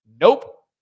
Nope